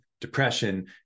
depression